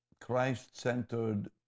Christ-centered